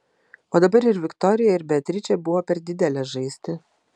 o dabar ir viktorija ir beatričė buvo per didelės žaisti